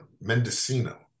Mendocino